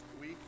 week